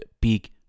big